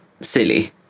silly